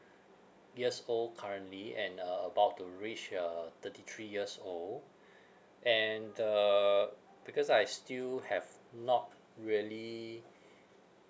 years old currently and uh about to reach uh thirty three years old and uh because I still have not really